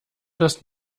das